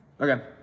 Okay